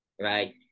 Right